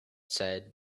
said